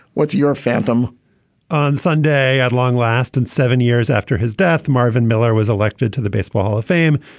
what's your phantom on sunday? at long last and seven years after his death. marvin miller was elected to the baseball hall of fame.